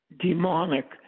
demonic